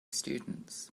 students